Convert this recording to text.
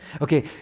Okay